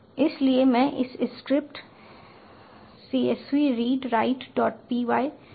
इसलिए मैं इस स्क्रिप्ट csvreadwritepy का उपयोग कर रहा हूँ